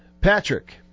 Patrick